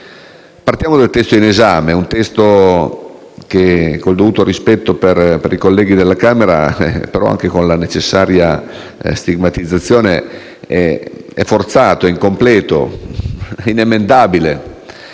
Partiamo dal testo in esame, un testo che, con il dovuto rispetto per i colleghi della Camera ma anche con la necessaria stigmatizzazione, è forzato, incompleto, inemendabile.